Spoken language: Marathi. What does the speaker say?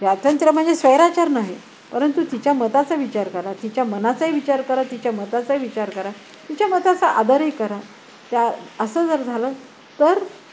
स्वातंत्र्य म्हणजे स्वैराचार नाही परंतु तिच्या मताचा विचार करा तिच्या मनाचा विचार करा तिच्या मताचा विचार करा तिच्या मताचा आदरही करा त्या असं जर झालं तर